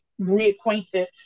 reacquainted